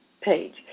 page